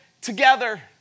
together